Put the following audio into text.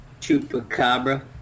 Chupacabra